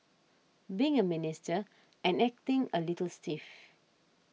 being a Minister and acting a little stiff